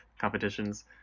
competitions